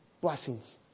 blessings